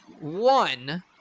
One